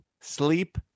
Sleep